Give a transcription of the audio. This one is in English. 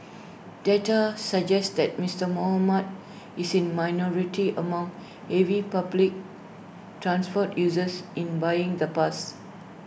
data suggest that Mister Muhammad is in minority among heavy public transport users in buying the pass